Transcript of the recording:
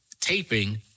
taping